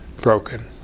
broken